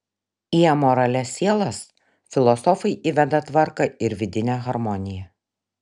į amoralias sielas filosofai įveda tvarką ir vidinę harmoniją